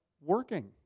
working